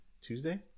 Tuesday